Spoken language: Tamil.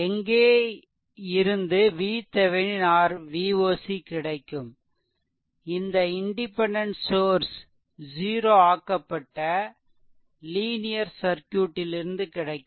எங்கே இருந்து VThevenin or Vocகிடைக்கும் இந்த இண்டிபெண்டென்ட் சோர்ஸ் ஜீரோ ஆக்கப்பட்ட லீனியர் சர்க்யூட் லிருந்து கிடைக்கும்